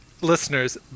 listeners